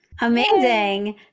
Amazing